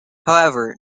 however